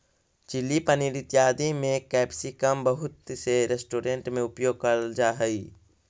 chilli paneer इत्यादि में capsicum बहुत से रेस्टोरेंट में उपयोग करल जा हई